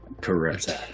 Correct